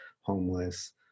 homeless